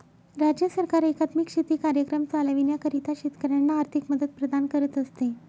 राज्य सरकार एकात्मिक शेती कार्यक्रम चालविण्याकरिता शेतकऱ्यांना आर्थिक मदत प्रदान करत असते